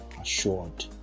assured